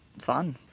fun